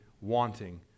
wanting